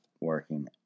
working